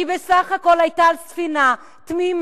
היא בסך הכול היתה על ספינה תמימה,